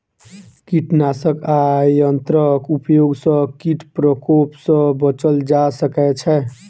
कीटनाशक आ यंत्रक उपयोग सॅ कीट प्रकोप सॅ बचल जा सकै छै